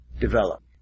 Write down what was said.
develop